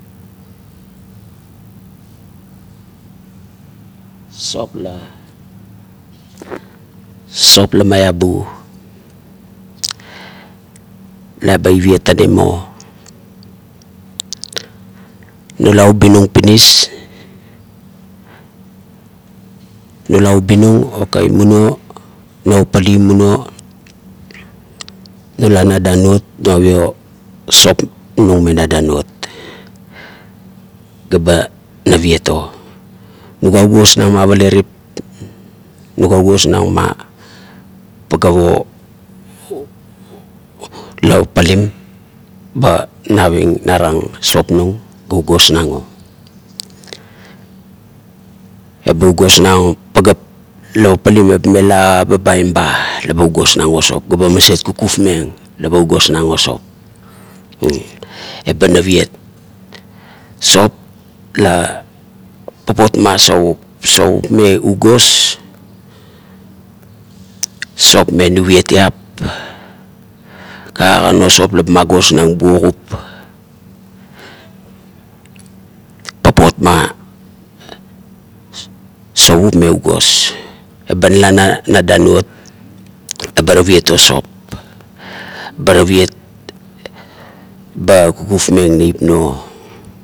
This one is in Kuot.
Sop la, sop la meabu la ba iriet tanim o. Nula ubi nung pinis, nula ubi nung ok munuo, nopapali munuo nula na danuot nuaio sop nung menga danuot ga be naiet o. Nugua ugosnang ma paletip, nugua ugosnang ma pagap o la papalim ba naring narang sop nung ga ugosnang o. Eba ugosnang pagap la papalim eba mela babai ba la ba ugosnang o sop ga eba maset kukufmeng la ba ugosnang o sop. Leba maviet sop la papot ma sopvup, sopvup me ugos-sop me navietiap, kagagam o sop ki ba ma gosnang buogup. Papot ma sopvap me agos. Eba nala no danuot, eba taviet o sop, ba taviet ba kukufmeng naip nuo